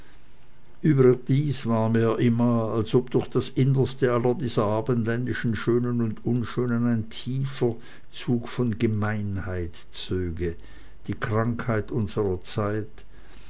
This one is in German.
überdies war mir immer als ob durch das innerste aller dieser abendländischen schönen und unschönen ein tiefer zug von gemeinheit zöge die krankheit unserer zeit